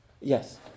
Yes